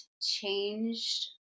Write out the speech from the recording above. changed